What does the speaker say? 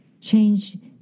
change